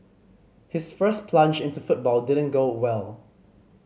his first plunge into football didn't go well